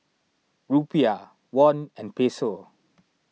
Rupiah Won and Peso